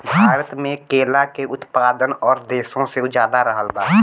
भारत मे केला के उत्पादन और देशो से ज्यादा रहल बा